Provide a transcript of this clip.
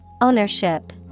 Ownership